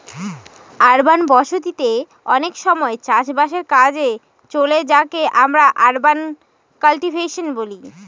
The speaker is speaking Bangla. আরবান বসতি তে অনেক সময় চাষ বাসের কাজে চলে যাকে আমরা আরবান কাল্টিভেশন বলি